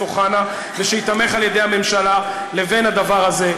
אוחנה ושייתמך על ידי הממשלה לבין הדבר הזה,